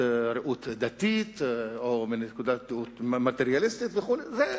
ראות דתית או מנקודת ראות מטריאליסטית וכן הלאה.